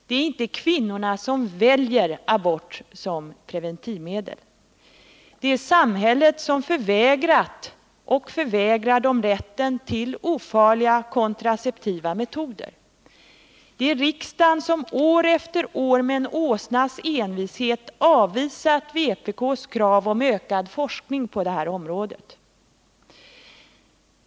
Det är inte kvinnorna som väljer abort som preventivmedel — det är samhället som förvägrat och förvägrar dem rätten till ofarliga kontraceptiva metoder. Det är riksdagen som år efter år med en åsnas envishet avvisat vpk:s krav om ökad forskning på detta område.